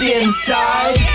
inside